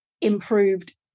improved